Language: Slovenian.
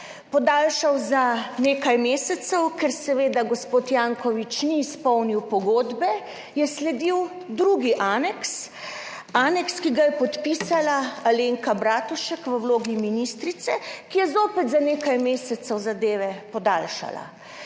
Podaljšal za nekaj mesecev. Ker seveda gospod Janković ni izpolnil pogodbe, je sledil drugi aneks, aneks, ki ga je podpisala Alenka Bratušek v vlogi ministrice, ki je zopet za nekaj mesecev zadeve podaljšala.